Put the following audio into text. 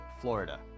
Florida